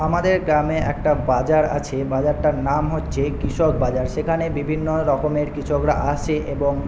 আমাদের গ্রামে একটা বাজার আছে বাজারটার নাম হচ্ছে কৃষক বাজার সেখানে বিভিন্ন রকমের কৃষকরা আসে এবং